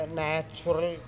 natural